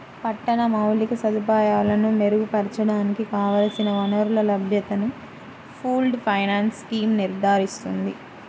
పట్టణ మౌలిక సదుపాయాలను మెరుగుపరచడానికి కావలసిన వనరుల లభ్యతను పూల్డ్ ఫైనాన్స్ స్కీమ్ నిర్ధారిస్తుంది